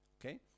Okay